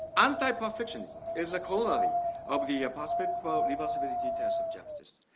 anti-perfectionism is a quality of the prospect for reversibility, tests of justice.